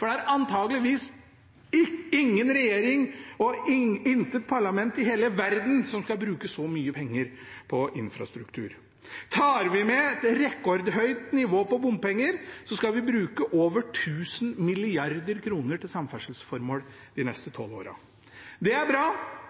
for det er antakeligvis ingen regjering og intet parlament i hele verden som skal bruke så mye penger på infrastruktur. Tar vi med et rekordhøyt nivå på bompenger, skal vi bruke over 1 000 mrd. kr til samferdselsformål de neste tolv årene. Det er bra,